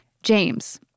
James